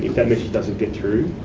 doesn't get through,